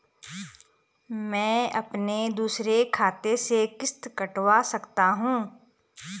मैं अपने दूसरे खाते से किश्त कटवा सकता हूँ?